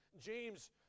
James